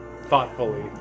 thoughtfully